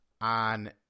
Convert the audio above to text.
on